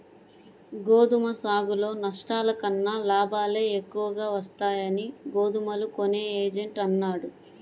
గోధుమ సాగులో నష్టాల కన్నా లాభాలే ఎక్కువగా వస్తాయని గోధుమలు కొనే ఏజెంట్ అన్నాడు